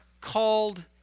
called